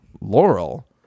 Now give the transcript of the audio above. Laurel